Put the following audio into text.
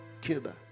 Cuba